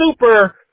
super